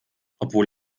obwohl